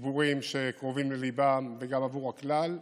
הציבורים שקרובים לליבם וגם עבור הכלל.